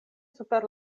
super